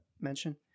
mention